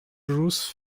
bruce